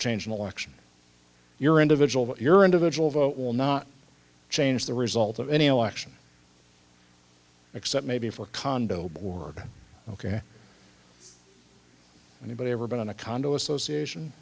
change an election your individual your individual vote will not change the result of any election except maybe for condo board ok anybody ever been in a condo association